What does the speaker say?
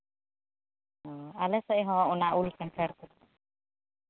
ᱚ ᱟᱞᱮ ᱥᱮᱫ ᱦᱚᱸ ᱚᱱᱟ ᱩᱞ ᱠᱟᱱᱴᱷᱟᱲ ᱠᱚ